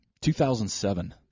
2007